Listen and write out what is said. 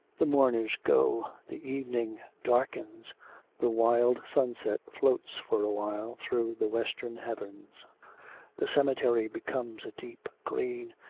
the mourners go the evening darkens the wild sunset floats for a while through the western heavens the cemetery becomes a deep green,